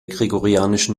gregorianischen